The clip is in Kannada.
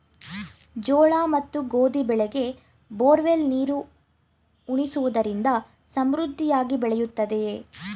ಜೋಳ ಮತ್ತು ಗೋಧಿ ಬೆಳೆಗೆ ಬೋರ್ವೆಲ್ ನೀರು ಉಣಿಸುವುದರಿಂದ ಸಮೃದ್ಧಿಯಾಗಿ ಬೆಳೆಯುತ್ತದೆಯೇ?